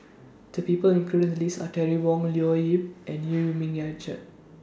The People included in The list Are Terry Wong Leo Yip and EU Yee Ming Richard